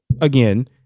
again-